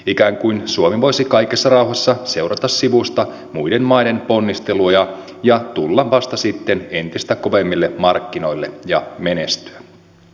ikään kuin suomi voisi kaikessa rauhassa seurata sivusta muiden maiden ponnisteluja ja tulla vasta sitten entistä kovemmille markkinoille ja menestyä